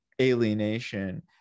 alienation